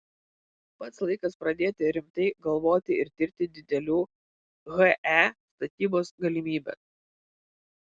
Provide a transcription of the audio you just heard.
pats laikas pradėti rimtai galvoti ir tirti didelių he statybos galimybes